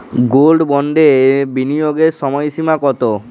Gold বন্ডে বিনিয়োগের সময়সীমা কতো?